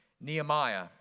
Nehemiah